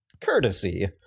courtesy